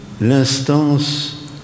l'instance